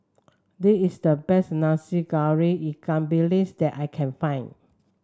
this is the best Nasi Goreng Ikan Bilis that I can find